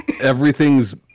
everything's